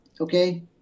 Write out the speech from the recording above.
Okay